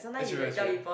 that's true that's true